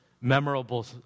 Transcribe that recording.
memorable